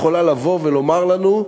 יכולה לבוא ולומר לנו: